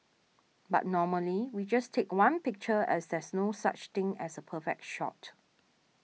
but normally we just take one picture as there's no such thing as a perfect shot